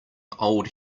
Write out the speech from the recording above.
old